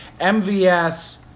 MVS